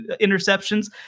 interceptions